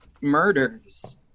murders